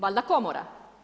Valjda komora.